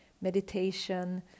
meditation